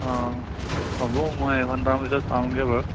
অ' হ'ব মই এঘণ্টামান পিছত পামগৈ বাৰু